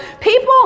people